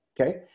Okay